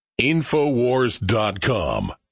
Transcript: Infowars.com